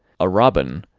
a robin,